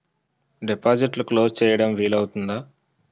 డిపాజిట్లు క్లోజ్ చేయడం వీలు అవుతుందా?